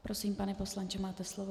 Prosím, pane poslanče, máte slovo.